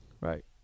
Right